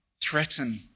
threaten